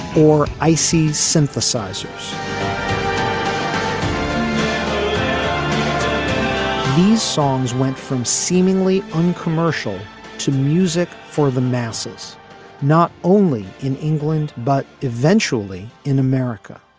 or icy synthesizers um these songs went from seemingly uncommercial to music for the masses not only in england but eventually in america.